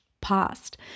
past